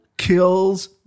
Kills